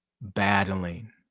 battling